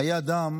חיי אדם